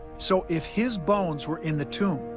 so if his bones were in the tomb,